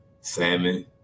salmon